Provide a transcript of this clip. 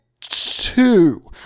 two